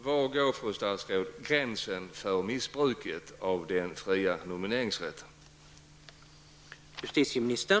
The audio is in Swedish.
Var går, fru statsråd, gränsen för missbruket av den fria nomineringsrätten?